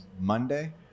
Monday